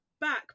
back